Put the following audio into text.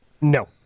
No